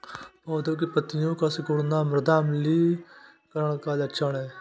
पौधों की पत्तियों का सिकुड़ना मृदा अम्लीकरण का लक्षण है